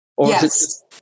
Yes